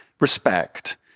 respect